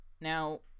now